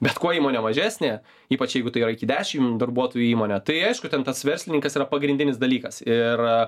bet kuo įmonė mažesnė ypač jeigu tai yra iki dešimt darbuotojų įmonė tai aišku ten pats verslininkas yra pagrindinis dalykas ir